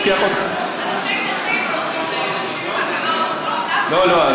לוקח אותך, אנשים נכים, אנשים עם עגלות, לא לא,